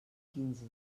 quinze